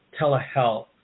telehealth